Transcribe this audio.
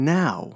now